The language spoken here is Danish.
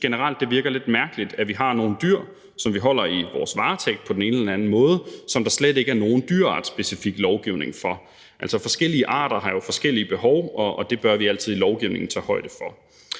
det virker lidt mærkeligt, at vi har nogle dyr, vi holder i vores varetægt på den ene eller den anden måde, som der slet ikke er nogen dyreartsspecifik lovgivning for. Altså, forskellige arter har jo forskellige behov, og det bør vi altid tage højde for